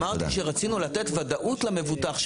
אמרתי שרצינו לתת ודאות למובטח.